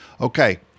Okay